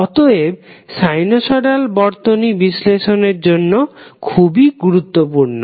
অতএব সাইনুসয়ডাল বর্তনী বিশ্লেষণ এর জন্য খুবই গুরুত্তপূর্ণ